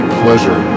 pleasure